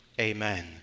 Amen